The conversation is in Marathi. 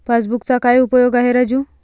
पासबुकचा काय उपयोग आहे राजू?